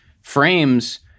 frames